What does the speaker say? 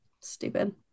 Stupid